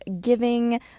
giving